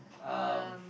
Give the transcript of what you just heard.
um